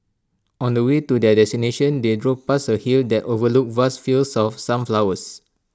on the way to their destination they drove past A hill that overlooked vast fields of sunflowers